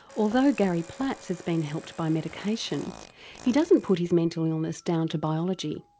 although garry platz has been helped by medication he doesn't put his mental illness down to biology.